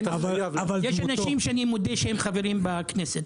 יש אנשים שאני מודה שהם חברים בכנסת.